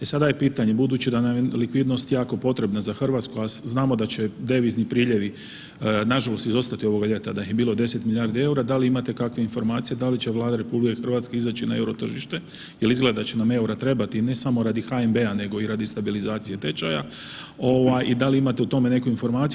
E sada je pitanje, budući da nam je likvidnost jako potrebna za Hrvatsku, a znamo da će devizni priljevi nažalost izostati ovog ljeta da ih je bilo 10 milijardi eura, da li imate kakve informacije da li će Vlada RH izaći na eurotržište jel izgleda da će nam euro trebati ne samo radi HNB-a nego i radi stabilizacije tečaja i da li imate o tome neku informaciju?